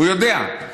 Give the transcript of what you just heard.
הוא יודע.